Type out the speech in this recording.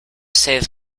save